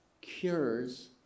cures